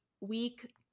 week